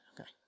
Okay